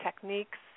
techniques